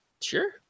sure